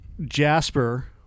jasper